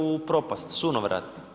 U propast, sunovrat.